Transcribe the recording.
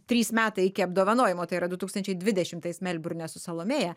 trys metai iki apdovanojimo tai yra du tūkstančiai dvidešimtais melburne su salomėja